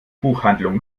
buchhandlung